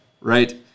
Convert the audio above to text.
right